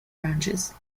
ranges